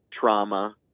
trauma